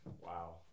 Wow